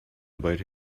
about